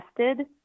tested